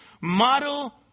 model